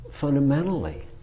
fundamentally